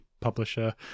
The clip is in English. publisher